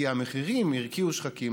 כי המחירים הרקיעו שחקים,